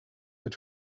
they